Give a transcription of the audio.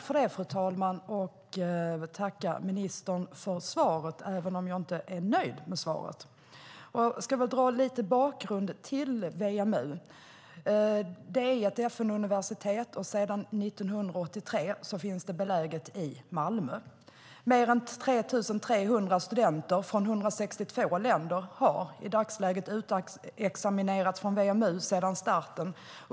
Fru talman! Jag vill tacka ministern för svaret även om jag inte är nöjd med det. Låt mig ge en liten bakgrund till WMU. Det är ett FN-universitet som sedan 1983 är beläget i Malmö. Mer än 3 300 studenter från 162 länder har sedan starten utexaminerats från WMU.